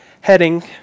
heading